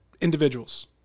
individuals